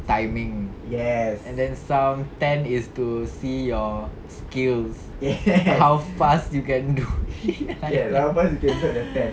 timing and then some tent is to see your skills how fast you can do it